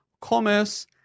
commerce